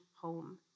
home